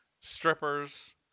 strippers